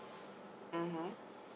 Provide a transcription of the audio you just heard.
(uh huh)